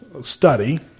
study